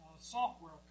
software